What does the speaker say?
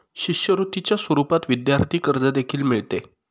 शिष्यवृत्तीच्या स्वरूपात विद्यार्थी कर्ज देखील मिळते